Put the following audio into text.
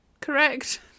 correct